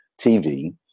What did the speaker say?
TV